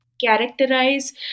characterize